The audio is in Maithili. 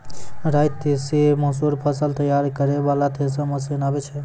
राई तीसी मसूर फसल तैयारी करै वाला थेसर मसीन आबै छै?